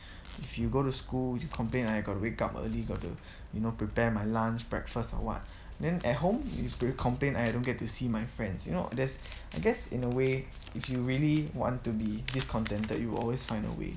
if you go to school you complain I got to wake up early got to you know prepare my lunch breakfast or what then at home is you complain I don't get to see my friends you know that's I guess in a way if you really want to be discontented you will always find a way